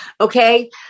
okay